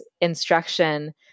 instruction